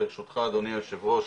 ברשותך אדוני היושב ראש,